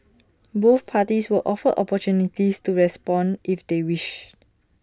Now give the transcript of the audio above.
both parties were offered opportunities to respond if they wished